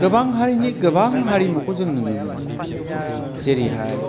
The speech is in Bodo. गोबां हारिनि गोबां हारिमुखौ जों नुनो मोनो जेरैहाय